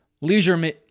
Leisure